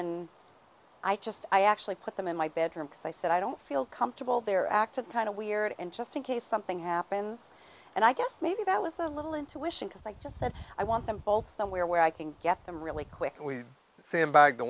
in i just i actually put them in my bedroom because i said i don't feel comfortable there acted kind of weird and just in case something happened and i guess maybe that was a little intuition because i just i want them somewhere where i can get them really quick and